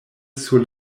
sur